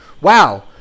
wow